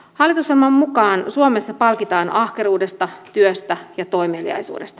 hallitusohjelman mukaan suomessa palkitaan ahkeruudesta työstä ja toimeliaisuudesta